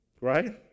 right